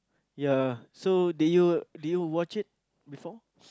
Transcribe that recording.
ya so did you did you watch it before